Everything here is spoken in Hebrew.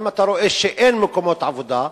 אבל אם אתה רואה שאין מקומות עבודה,